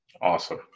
Awesome